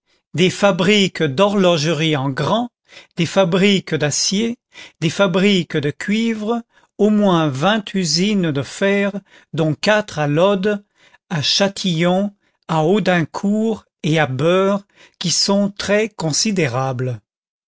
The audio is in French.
des fabriques d'horlogerie en grand des fabriques d'acier des fabriques de cuivre au moins vingt usines de fer dont quatre à lods à châtillon à audincourt et à beure qui sont très considérables